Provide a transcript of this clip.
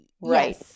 Right